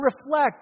reflect